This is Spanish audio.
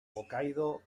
hokkaido